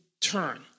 turn